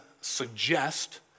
suggest